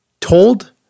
told